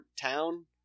town